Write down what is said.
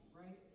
right